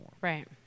Right